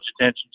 attention